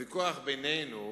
הוויכוח בינינו